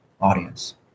audience